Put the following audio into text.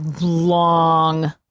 long